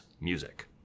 music